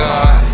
God